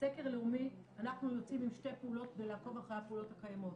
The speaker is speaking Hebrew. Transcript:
סקר לאומי אנחנו יוצאים עם שתי פעולות בלעקוב אחרי הפעולות הקיימות.